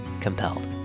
COMPELLED